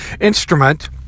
instrument